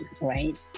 right